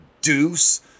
Deuce